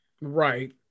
Right